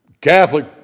Catholic